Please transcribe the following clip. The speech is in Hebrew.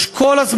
בכל עת